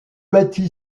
bâti